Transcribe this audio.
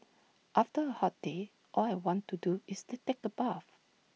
after A hot day all I want to do is to take A bath